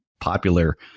popular